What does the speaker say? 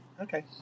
Okay